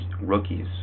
rookies